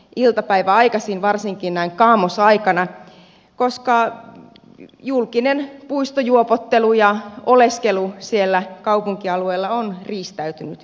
puistoissa iltapäiväaikaisin varsinkin näin kaamosaikana koska julkinen puistojuopottelu ja oleskelu kaupunkialueella on riistäytynyt käsistä